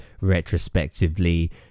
retrospectively